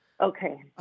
Okay